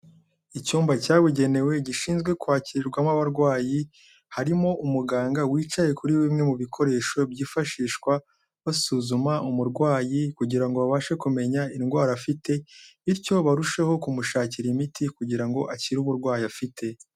Icyumba cyabugenewe gishinzwe kwakirwamo abarwayi, harimo umuganga wicaye kuri bimwe mu bikoresho byifashishwa basuzuma umurwayi kugira ngo babashe kumenya indwara afite, bityo barusheho kumushakira imiti kugira ngo akire uburwayi afite.